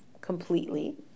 completely